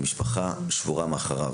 וגם משפחה שבורה מאחוריו.